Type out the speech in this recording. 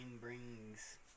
brings